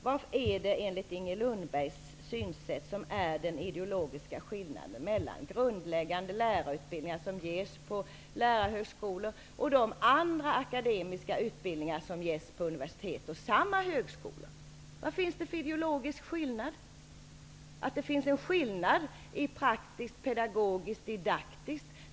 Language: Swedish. Vad är det enligt Inger Lundbergs synsätt som är den ideologiska skillnaden mellan grundläggande lärarutbildningar som ges på lärarhögskolor och de andra akademiska utbildningar som ges på universitet och samma högskolor? Det finns en skillnad praktiskt, pedagogisk och didaktiskt.